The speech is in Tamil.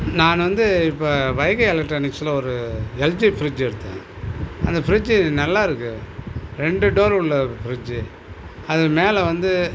நான் வந்து இப்போ வைகை எலெக்ட்ரானிக்ஸில் ஒரு எல்ஜி ஃப்ரிட்ஜ் எடுத்தேன் அந்த ஃப்ரிட்ஜ்ஜி நல்லா இருக்கு ரெண்டு டோர் உள்ள ஃப்ரிட்ஜ்ஜி அது மேலே வந்து